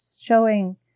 showing